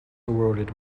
awarded